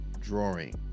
drawing